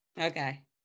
Okay